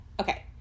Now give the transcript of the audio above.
okay